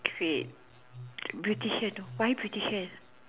great beautician why beautician